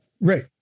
Right